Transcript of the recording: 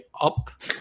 up